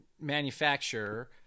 manufacturer